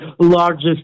largest